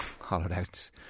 hollowed-out